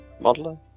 modeler